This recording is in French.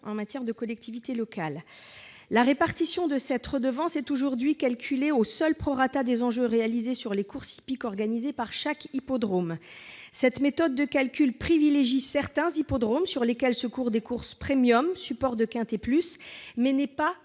compétent de collectivité locale. La répartition de cette redevance est aujourd'hui calculée au seul prorata des enjeux réalisés sur les courses hippiques organisées par chaque hippodrome. Cette méthode de calcul privilégie certains hippodromes, sur lesquels se courent des courses premium supports de Quinté plus et n'est pas